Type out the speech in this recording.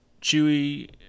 Chewie